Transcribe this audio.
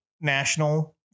national